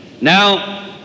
Now